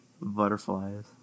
Butterflies